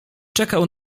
czekał